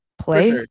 play